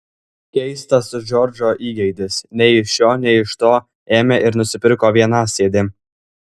keistas džordžo įgeidis nei iš šio nei iš to ėmė ir nusipirko vienasėdį